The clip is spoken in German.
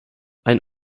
ein